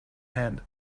hand